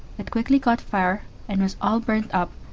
it quickly caught fire and was all burnt up,